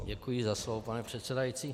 Děkuji za slovo, pane předsedající.